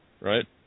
Right